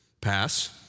Pass